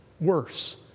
worse